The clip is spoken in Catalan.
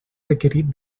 requerit